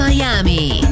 Miami